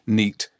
neat